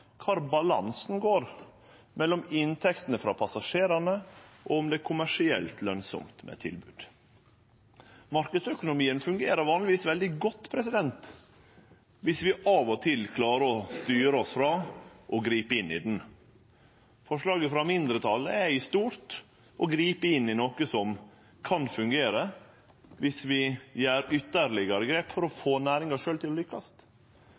kvar balansen går mellom inntektene frå passasjerane og om det er kommersielt lønsamt med eit tilbod. Marknadsøkonomien fungerer vanlegvis veldig godt dersom vi av og til klarer å styre oss frå å gripe inn i han. Forslaget frå mindretalet er i stort å gripe inn i noko som kan fungere dersom vi gjer ytterlegare grep for å få næringa sjølv til å lykkast.